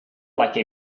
like